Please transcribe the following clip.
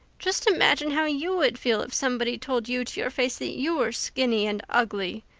just imagine how you would feel if somebody told you to your face that you were skinny and ugly,